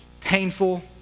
painful